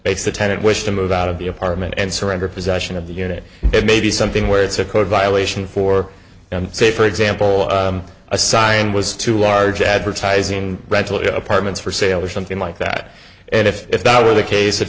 makes the tenant wish to move out of the apartment and surrender possession of the unit it may be something where it's a code violation for say for example a sign was too large advertising rental apartments for sale or something like that and if that were the case